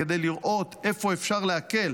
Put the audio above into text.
כדי לראות איפה אפשר להקל,